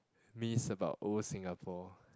miss about old Singapore